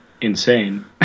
insane